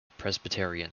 presbyterian